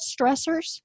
stressors